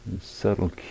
Subtle